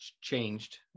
changed